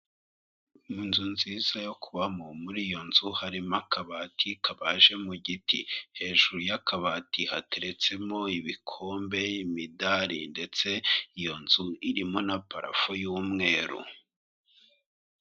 Mu inzu nziza yo kubamo. Muri iyo nzu harimo akabati kabaje mu giti, hejuru y'akabati hateretsemo ibikombe, imidari ndetse iyo nzu irimo na parafo y'umweru.